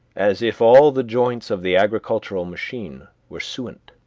as if all the joints of the agricultural machine were suent.